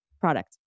product